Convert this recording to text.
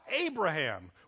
abraham